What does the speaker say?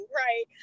right